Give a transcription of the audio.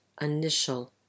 initial